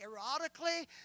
erotically